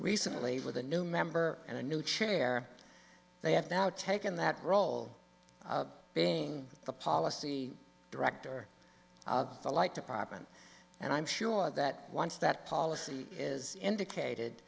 recently with a new member and a new chair they have now taken that role being the policy director of the like department and i'm sure that once that policy is indicated